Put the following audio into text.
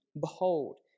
Behold